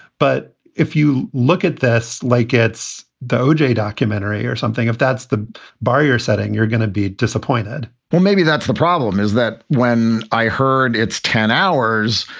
but if you look at this like it's the o j. documentary or something, if that's the bar you're setting, you're going to be disappointed well, maybe that's the problem, is that when i heard it's ten hours,